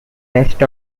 rest